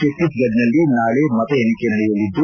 ಛತೀಸ್ಗಡದಲ್ಲಿ ನಾಳೆ ಮತ ಎಣಿಕೆ ನಡೆಯಲಿದ್ದು